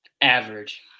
Average